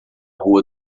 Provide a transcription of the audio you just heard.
rua